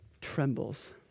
trembles